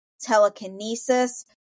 telekinesis